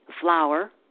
flour